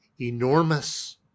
Enormous